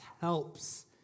helps